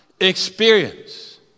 experience